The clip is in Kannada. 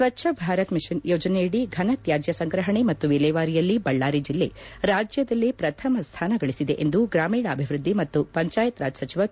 ಸ್ವಜ್ಞ ಭಾರತ್ ಮಿಷನ್ ಯೋಜನೆಯಡಿ ಫನತ್ಕಾಜ್ಯ ಸಂಗ್ರಪಣೆ ಮತ್ತು ವಿಲೇವಾರಿಯಲ್ಲಿ ಬಳ್ಳಾರಿ ಜಿಲ್ಲೆ ರಾಜ್ಯದಲ್ಲೇ ಪ್ರಥಮ ಸ್ಥಾನ ಗಳಿಸಿದೆ ಎಂದು ಗ್ರಾಮೀಣಾಭಿವೃದ್ಧಿ ಮತ್ತು ಪಂಚಾಯತ್ ರಾಜ್ ಸಚಿವ ಕೆ